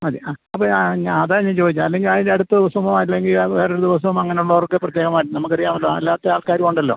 മതി ആ അപ്പഴേ ആ ഞാൻ അതാ ഞാൻ ചോദിച്ചേ അല്ലെങ്കിൽ ഞാൻ ഇനി അടുത്ത ദിവസമോ അല്ലെങ്കിൽ വേറൊരു ദിവസമോ അങ്ങനെയുള്ളവർക്ക് പ്രത്യേകമായിട്ട് നമുക്കറിയാമല്ലോ അല്ലാത്ത ആൾക്കാരുമുണ്ടല്ലോ